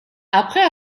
après